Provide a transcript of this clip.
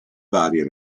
varie